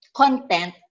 content